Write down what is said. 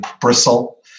bristle